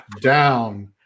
down